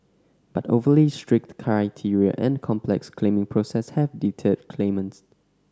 but overly strict criteria and a complex claiming process have deterred claimants